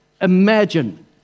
Imagine